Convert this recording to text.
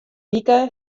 wike